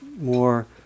more